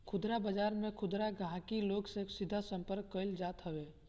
खुदरा बाजार में खुदरा गहकी लोग से सीधा संपर्क कईल जात हवे